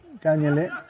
Daniel